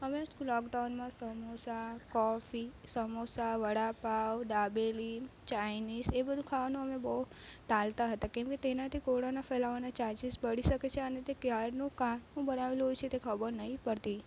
અમે લોકડાઉનમાં સમોસાં કોફી સમોસા વડાપાઉં દાબેલી ચાઈનીસ એ બધું ખાવાનું અમે બહુ ટાળતા હતા કેમ કે તેનાથી કોરના ફેલાવાના ચાર્જિસ મળી શકે છે અને તે ક્યારનું કાં શું બનાવેલું હોય છે તે તે ખબર નથી પડતી